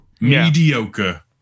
Mediocre